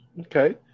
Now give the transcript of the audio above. Okay